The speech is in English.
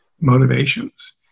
motivations